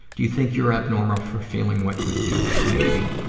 do you think you're abnormal for feeling what you do? maybe.